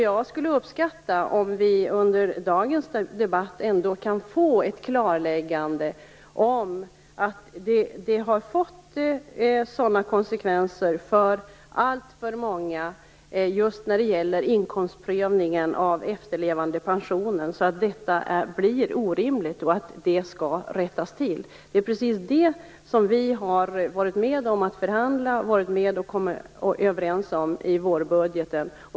Jag skulle uppskatta om vi under dagens debatt ändå kunde få ett klarläggande om att det, just när det gäller inkomstprövningen av efterlevandepensioner, har blivit orimliga konsekvenser för alltför många, och om att detta skall rättas till. Det är precis det vi har varit med att förhandla och komma överens om i vårbudgeten.